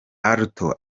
alto